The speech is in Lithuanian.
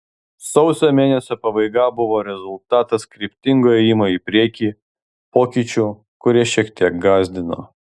sausio mėnesio pabaiga buvo rezultatas kryptingo ėjimo į priekį pokyčių kurie šiek tiek gąsdino